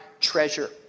treasure